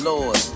Lord